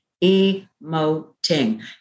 E-mo-ting